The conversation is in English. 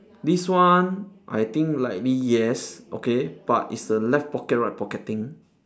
this one I think likely yes okay but it's a left pocket right pocket thing